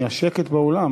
נהיה שקט באולם.